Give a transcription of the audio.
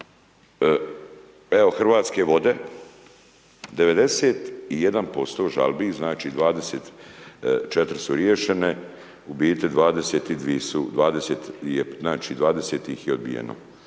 Evo Hrvatske vode, 91% žalbi, znači 24 su riješene, u biti 20 ih je odbijeno.